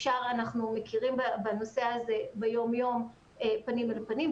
אנחנו מכירים בנושא הזה ביום-יום, פנים אל פנים.